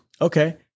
Okay